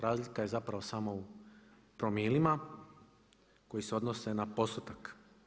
Razlika je zapravo samo u promilima koji se odnose na postotak.